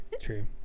True